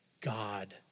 God